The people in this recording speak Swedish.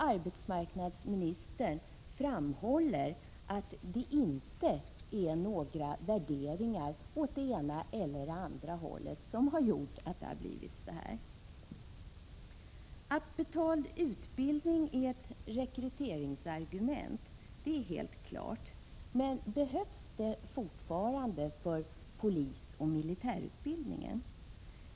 Arbetsmarknadsministern framhåller att det inte är några värderingar åt det ena eller det andra hållet som gjort att det blivit så. Att betald utbildning är ett rekryteringsargument är helt klart. Men behövs det fortfarande för polisoch militärutbildningar?